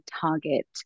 target